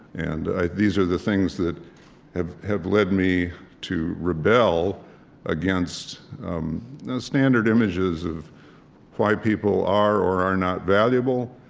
and ah these are the things that have have led me to rebel against the standard images of why people are or are not valuable,